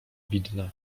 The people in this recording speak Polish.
widna